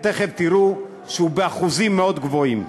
ותכף תראו שהוא באחוזים מאוד גבוהים.